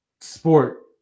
sport